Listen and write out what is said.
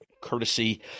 courtesy